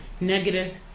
negative